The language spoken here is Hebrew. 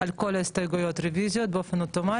על כל ההסתייגויות רביזיות באופן אוטומטי.